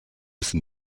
sind